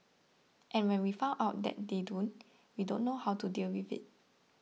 and when we found out that they don't we don't know how to deal with it